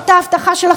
כמה שמעתם